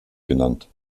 genannt